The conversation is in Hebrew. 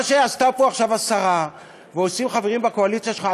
את מה שעשתה פה עכשיו השרה ועושים חברים בקואליציה שלך,